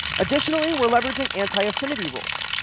additionally, we're leveraging anti-affinity rules.